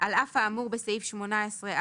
על אף האמור בסעיף 18א(א),